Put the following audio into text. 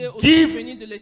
give